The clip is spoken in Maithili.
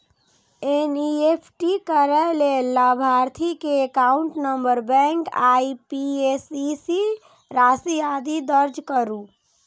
एन.ई.एफ.टी करै लेल लाभार्थी के एकाउंट नंबर, बैंक, आईएपएससी, राशि, आदि दर्ज करू